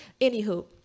Anywho